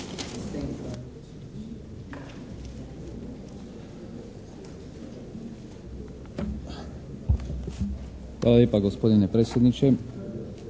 Hvala gospodine predsjedniče.